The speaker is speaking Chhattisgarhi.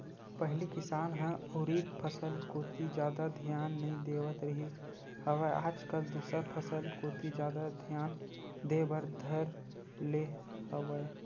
पहिली किसान ह उरिद फसल कोती जादा धियान नइ देवत रिहिस हवय आज कल दूसर फसल कोती जादा धियान देय बर धर ले हवय